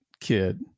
kid